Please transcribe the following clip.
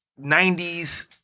90s